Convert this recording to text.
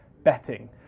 Betting